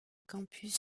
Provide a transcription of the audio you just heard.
campus